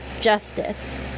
justice